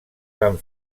van